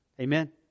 Amen